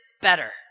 better